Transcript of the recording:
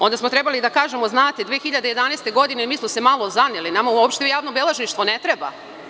Onda smo trebali da kažemo – znate, 2011. godine mi smo se malo zaneli, nama uopšte javno beležništvo ne treba.